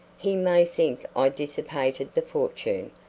he may think i dissipated the fortune,